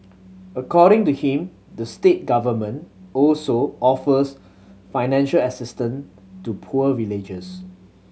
according to him the state government also offers financial assistance to poor villagers